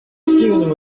активном